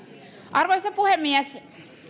arvoisa puhemies